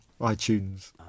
iTunes